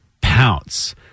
pounce